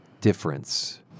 difference